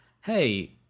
hey